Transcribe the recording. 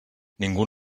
ningú